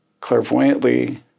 clairvoyantly